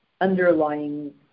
underlying